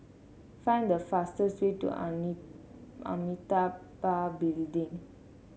find the fastest way to Amitabha Building